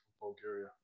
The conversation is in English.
Bulgaria